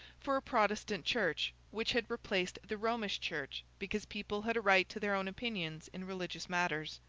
for a protestant church, which had displaced the romish church because people had a right to their own opinions in religious matters.